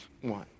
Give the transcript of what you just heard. one